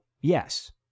yes